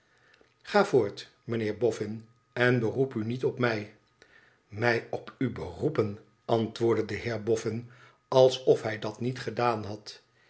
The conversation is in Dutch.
ga voort mijnheer boffin en beroep u niet op mij mij op u beroepen antwoordde de heer boffin alsof hij dat niet gedaan had